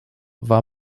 war